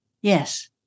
Yes